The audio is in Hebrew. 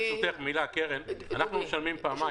אנחנו משלמים פעמיים.